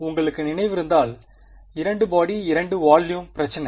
உங்களுக்கு நினைவிருந்தால் 2 body 2 volume பிரச்சினை